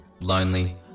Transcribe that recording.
lonely